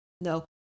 no